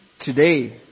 today